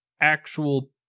actual